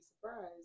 surprised